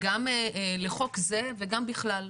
גם לחוק זה וגם בכלל,